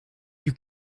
you